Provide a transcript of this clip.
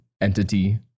entity